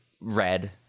red